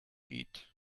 eat